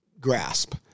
grasp